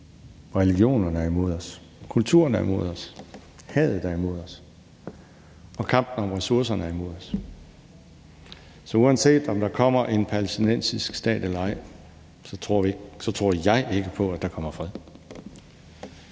religionerne er imod os, kulturen er imod os, hadet er imod os og kampen om ressourcerne er imod os. Så uanset om der kommer en palæstinensisk stat eller ej, tror jeg ikke på, at der kommer fred.